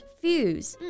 fuse